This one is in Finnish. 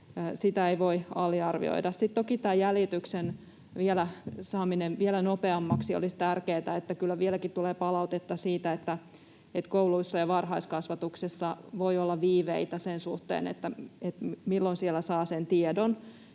Sitä ei voi aliarvioida. Sitten toki tämä jäljityksen saaminen vielä nopeammaksi olisi tärkeätä. Kyllä vieläkin tulee palautetta siitä, että kouluissa ja varhaiskasvatuksessa voi olla viiveitä sen suhteen, milloin sieltä saa sen tiedon.